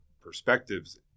perspectives